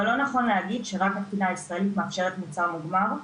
אבל זה לא נכון להגיד שרק התקינה הישראלית מאשרת מוצר מוגמר.